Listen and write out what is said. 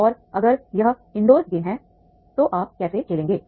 और अगर यह इनडोर गेम है तो आप कैसे खेलेंगे